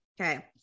Okay